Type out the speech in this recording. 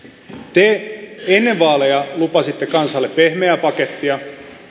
te ennen vaaleja lupasitte kansalle pehmeää pakettia